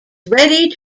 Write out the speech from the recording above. ready